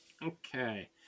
Okay